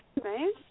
right